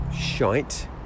shite